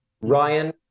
Ryan